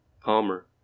Palmer